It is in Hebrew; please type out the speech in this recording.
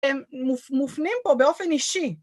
הם מופנים פה באופן אישי.